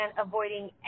avoiding